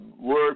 work